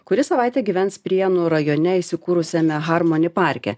kuri savaitę gyvens prienų rajone įsikūrusiame harmoni parke